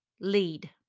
lead